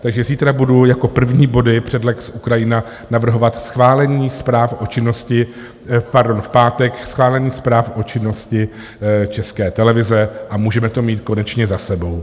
Takže zítra budu jako první body před lex Ukrajina navrhovat schválení zpráv o činnosti, pardon, v pátek schválení zpráv o činnosti České televize a můžeme to mít konečně za sebou.